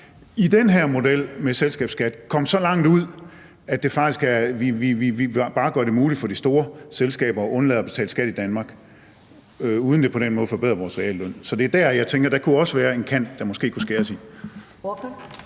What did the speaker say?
i den her model med selskabsskat også komme så langt ud, at vi faktisk bare gør det muligt for de store selskaber at undlade at betale skat i Danmark, uden at det på den måde forbedrer vores realløn. Så det er også der, jeg tænker der kunne være en kant der måske kunne skæres i.